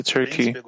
Turkey